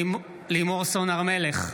לימור סון הר מלך,